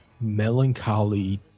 melancholy